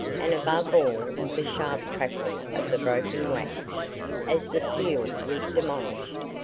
and above all the sharp crackle of the broken wax as the seal was demolished,